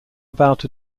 about